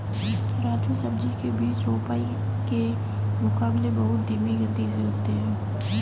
राजू सब्जी के बीज रोपाई के मुकाबले बहुत धीमी गति से उगते हैं